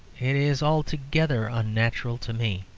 it is altogether unnatural to me!